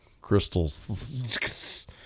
Crystals